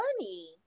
money